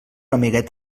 amiguet